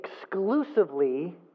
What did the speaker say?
exclusively